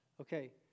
Okay